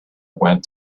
went